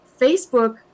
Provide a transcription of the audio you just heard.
Facebook